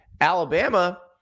Alabama